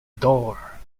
door